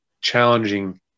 challenging